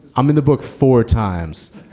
i'm in the book four times.